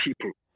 people